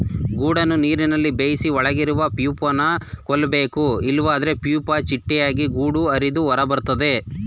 ಗೂಡನ್ನು ನೀರಲ್ಲಿ ಬೇಯಿಸಿ ಒಳಗಿರುವ ಪ್ಯೂಪನ ಕೊಲ್ಬೇಕು ಇಲ್ವಾದ್ರೆ ಪ್ಯೂಪ ಚಿಟ್ಟೆಯಾಗಿ ಗೂಡು ಹರಿದು ಹೊರಬರ್ತದೆ